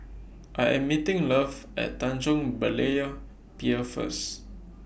I Am meeting Love At Tanjong Berlayer Pier First